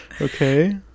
Okay